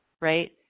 right